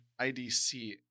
IDC